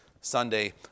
Sunday